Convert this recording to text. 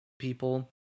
people